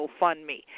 GoFundMe